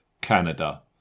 Canada